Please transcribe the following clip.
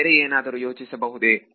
ಬೇರೆ ಏನಾದರೂ ಯೋಚಿಸಬಹುದೇ